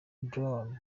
brown